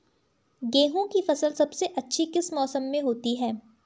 गेहूँ की फसल सबसे अच्छी किस मौसम में होती है